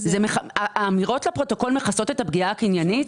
האמירות לפרוטוקול מכסות את הפגיעה הקניינית?